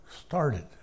started